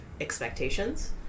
expectations